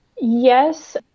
Yes